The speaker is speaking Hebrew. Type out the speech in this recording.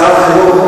שר החינוך,